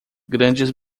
grandes